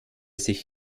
sich